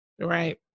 Right